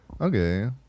Okay